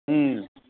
ꯎꯝ